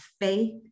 faith